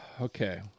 Okay